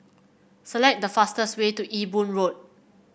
select the fastest way to Ewe Boon Road